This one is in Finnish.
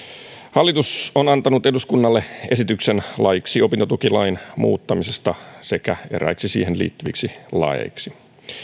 hallitus on antanut eduskunnalle esityksen laiksi opintotukilain muuttamisesta sekä eräiksi siihen liittyviksi laeiksi